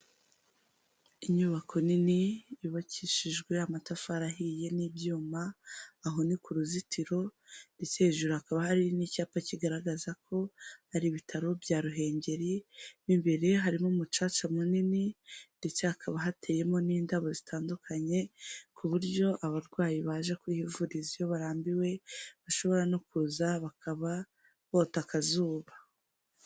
Inyubako nini yubakishijwe amatafari ahiye n'ibyuma aho ni kuruzitiro ndetse hejuru hakaba hari n'icyapa kigaragaza ko ari ibitaro bya Ruhengeri, mu imbere harimo umucaca munini ndetse hakaba hateyemo n'indabo zitandukanye ku buryo abarwayi baje kuhivuriza iyo barambiwe bashobora no kuza bakaba bota akazuba.